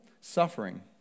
suffering